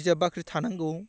बिजाब बाख्रि थानांगौ